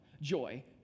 joy